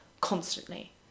constantly